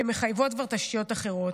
שמחייבת כבר תשתיות אחרות,